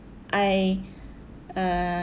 I